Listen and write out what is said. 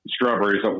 strawberries